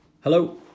Hello